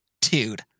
dude